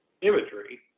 imagery